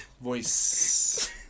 voice